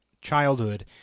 childhood